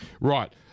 Right